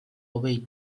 away